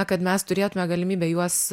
kad mes turėtume galimybę juos